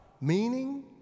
Meaning